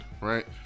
right